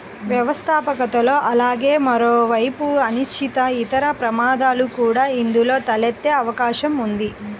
వ్యవస్థాపకతలో అలాగే మరోవైపు అనిశ్చితి, ఇతర ప్రమాదాలు కూడా ఇందులో తలెత్తే అవకాశం ఉంది